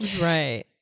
Right